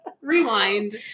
rewind